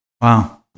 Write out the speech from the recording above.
Wow